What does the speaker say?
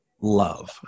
love